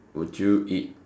would you eat